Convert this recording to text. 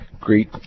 great